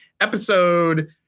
episode